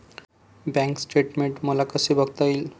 Bank statement मला कसे बघता येईल?